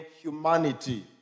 humanity